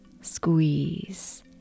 Squeeze